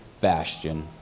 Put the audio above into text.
Bastion